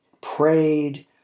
prayed